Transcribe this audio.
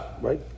right